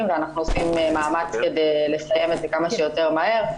ואנחנו עושים מאמץ כדי לסיים את זה כמה שיותר מהר.